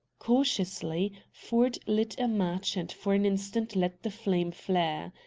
cautiously ford lit a match and for an instant let the flame flare.